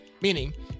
Meaning